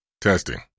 testing